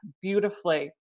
beautifully